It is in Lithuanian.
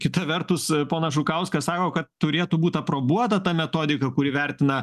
kita vertus ponas žukauskas sako kad turėtų būt aprobuota ta metodiką kuri vertina